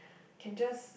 can just